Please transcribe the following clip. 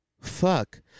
Fuck